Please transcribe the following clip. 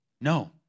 No